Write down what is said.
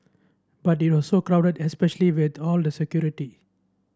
but it was so crowded especially with all the security